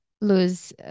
lose